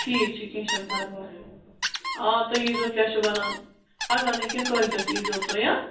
ٹھیٖک چھُ کیٚنٛہہ چھُنہٕ پَرواے آ تُہۍ ییٖزیٚو کیٛاہ چھِ وَنان پگاہ نہٕ کیٚنٛہہ کٲلۍکٮ۪تھ ییٖزیٚو تُہۍ ہا